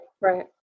right